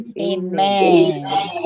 Amen